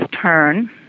turn